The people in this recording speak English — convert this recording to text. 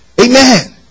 Amen